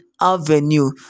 avenue